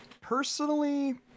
personally